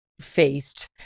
faced